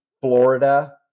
Florida